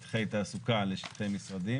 שטחי תעסוקה לשטחי משרדים.